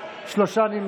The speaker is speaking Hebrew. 60, נמנעים, שלושה.